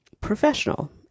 professional